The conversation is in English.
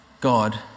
God